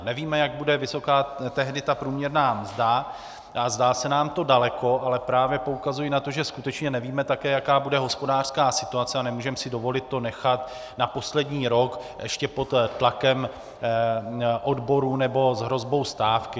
Nevíme, jak bude vysoká průměrná mzda, zdá se nám to daleko, ale právě poukazuji na to, že skutečně nevíme, jaká bude hospodářská situace, a nemůžeme si dovolit to nechat na poslední rok, ještě pod tlakem odborů nebo s hrozbou stávky.